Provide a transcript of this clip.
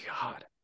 God